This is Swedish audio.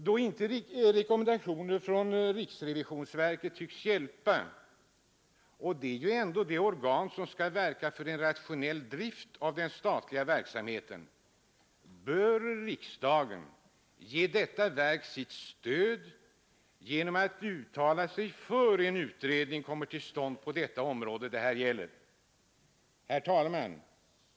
Då inte rekommendationer från riksrevisionsverket tycks hjälpa — det är ändå det organ som skall verka för en rationell drift av den statliga verksamheten — bör riksdagen ge detta verk sitt stöd genom att uttala sig för att en utredning kommer till stånd på det område det här gäller. Fru talman!